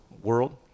world